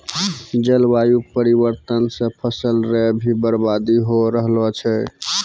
जलवायु परिवर्तन से फसल रो भी बर्बादी हो रहलो छै